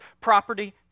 property